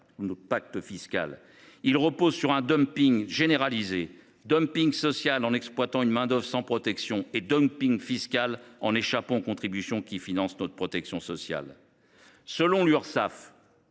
notre pacte fiscal. Il repose sur un dumping généralisé : dumping social, en exploitant une main d’œuvre sans protection ; dumping fiscal, en échappant aux contributions qui financent notre protection sociale. Selon l’Urssaf,